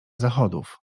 zachodów